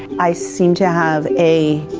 i seem to have a